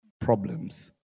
problems